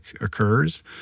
occurs